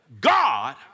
God